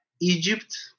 Egypt